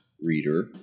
reader